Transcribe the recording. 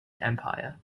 empire